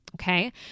Okay